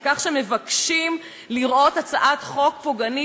על כך שמבקשים לראות הצעת חוק פוגענית,